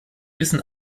wissen